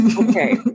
okay